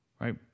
right